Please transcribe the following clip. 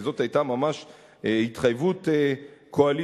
כי זאת היתה ממש התחייבות קואליציונית,